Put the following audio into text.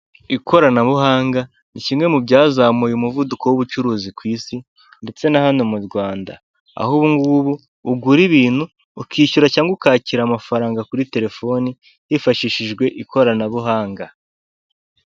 Ikoranabuhanga ni kimwe mu byazamuye umuvuduko w'ubucuruzi ku isi ndetse na hano mu Rwanda, aho ubungubu ugura ibintu ukishyura cyangwa ukakira amafaranga kuri telefoni hifashishijwe ikoranabuhanga.